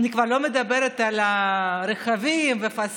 אני כבר לא מדברת על רכבים ו-facilities.